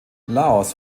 laos